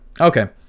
Okay